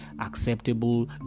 acceptable